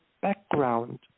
background